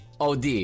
OD